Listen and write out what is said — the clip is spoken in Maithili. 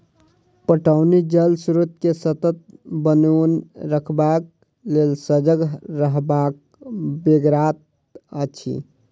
पटौनी जल स्रोत के सतत बनओने रखबाक लेल सजग रहबाक बेगरता अछि